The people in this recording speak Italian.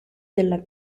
della